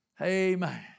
Amen